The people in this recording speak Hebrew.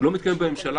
הוא לא מתקיים בממשלה,